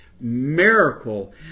miracle